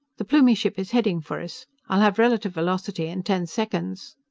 the plumie ship is heading for us. i'll have relative velocity in ten seconds.